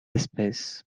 espèces